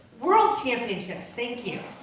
world championships! thank you.